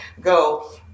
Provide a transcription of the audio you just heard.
go